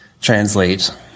translate